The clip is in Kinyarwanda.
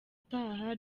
utaha